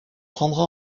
prendra